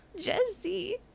Jesse